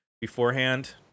beforehand